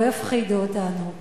לא יפחידו אותנו,